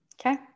Okay